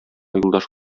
юлдаш